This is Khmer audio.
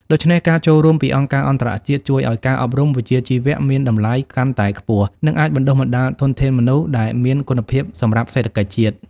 ដូច្នេះ ការចូលរួមពីអង្គការអន្តរជាតិជួយឱ្យការអប់រំវិជ្ជាជីវៈមានតម្លៃកាន់តែខ្ពស់ និងអាចបណ្តុះបណ្តាលធនធានមនុស្សដែលមានគុណភាពសម្រាប់សេដ្ឋកិច្ចជាតិ។